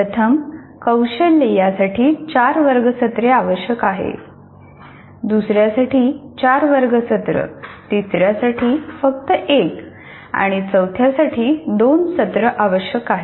प्रथम कौशल्य यासाठी 4 वर्ग सत्रे आवश्यक आहे दुसऱ्यासाठी चार वर्ग सत्र तिसऱ्यासाठी फक्त एक आणि चौथ्या साठी दोन सत्र आवश्यक आहेत